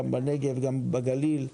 גם בנגב וגם בגליל,